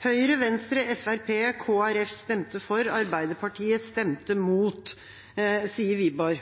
Høyre, Venstre, Fremskrittspartiet, Kristelig Folkeparti stemte for, Arbeiderpartiet stemte imot, sier Wiborg.